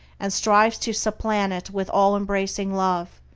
and strives to supplant it with all-embracing love,